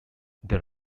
there